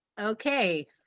Okay